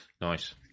Nice